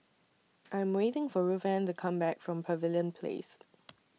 I Am waiting For Ruthanne to Come Back from Pavilion Place